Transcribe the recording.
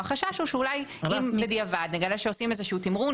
החשש הוא שאולי אם בדיעבד נגלה שעושים איזה שהוא תמרון,